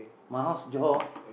my house Johor